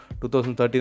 2013